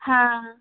হ্যাঁ